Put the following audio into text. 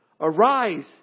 Arise